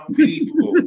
people